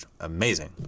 amazing